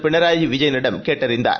பினராயி விஜயனுடன் கேட்டறிந்தார்